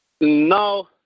No